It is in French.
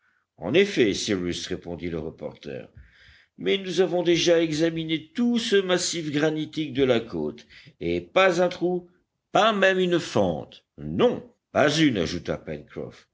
en effet cyrus répondit le reporter mais nous avons déjà examiné tout ce massif granitique de la côte et pas un trou pas même une fente non pas une ajouta